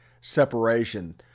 separation